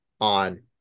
on